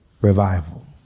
revival